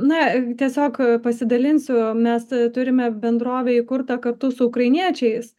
na tiesiog pasidalinsiu mes turime bendrovę įkurtą kartu su ukrainiečiais